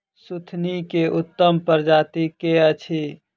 सुथनी केँ उत्तम प्रजाति केँ अछि?